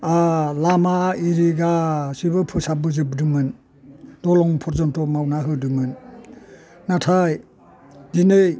आ लामा इरि गासिबो फोसाबबोजोबदोंमोन दालां फरजनथ' मावना होदोंमोन नाथाय दिनै